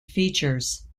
features